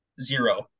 Zero